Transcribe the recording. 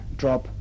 drop